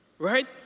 Right